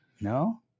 No